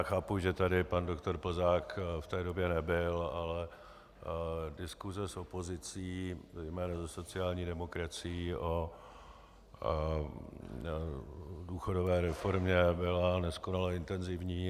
Chápu, že tady pan doktor Plzák v té době nebyl, ale diskuse s opozicí, zejména se sociální demokracií, o důchodové reformě byla neskonale intenzivní.